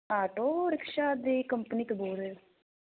auto rickshaw ਦੀ company ਤੋਂ ਬੋਲ ਰਹੇ ਹੋ